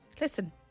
listen